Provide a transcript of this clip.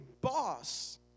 boss